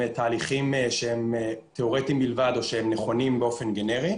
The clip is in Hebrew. תהליכים שהם תיאורטיים בלבד או שהם נכונים באופן גנרי,